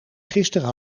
gisteren